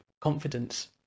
confidence